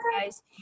guys